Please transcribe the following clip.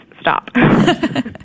stop